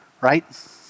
right